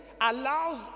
allows